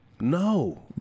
No